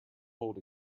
hold